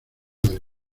del